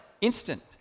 instant